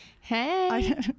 Hey